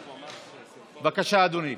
בבקשה, אדוני.